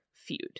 feud